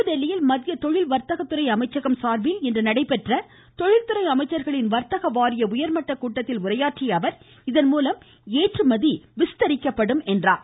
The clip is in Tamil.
புதுதில்லியில் மத்திய தொழில் வர்த்தகத்துறை அமைச்சகம் சார்பில் இன்று நடைபெற்ற தொழில்துறை அமைச்சர்களின் வர்த்தக வாரிய உயர்மட்ட கூட்டத்தில் உரையாற்றிய அவர் இதன் மூலம் ஏற்றுமதி விரிவடையும் என்றார்